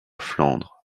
flandres